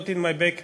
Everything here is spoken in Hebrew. Not In My Backyard.